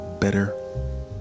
better